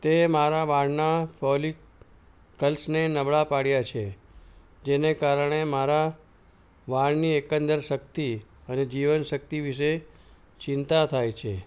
તે મારા વાળના ફોલિકલ્સને નબળા પાડ્યા છે જેને કારણે મારા વાળની એકંદર શક્તિ અને જીવનશક્તિ વિશે ચિંતા થાય છે